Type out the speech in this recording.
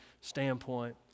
standpoint